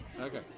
Okay